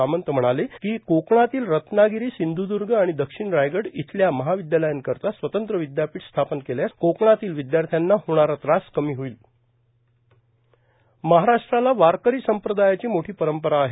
सामंत म्हणाले कोकणातील रत्नागिरी सिंधुदुर्ग आणि दक्षिण रायगड येथील महाविद्यालयांकरिता स्वतंत्र विद्यापीठ स्थापन केल्यास कोकणातील विद्यार्थ्यांना होणारा त्रास कमी होईल महाराष्ट्राला वारकरी संप्रदायाची मोठी परंपरा आहे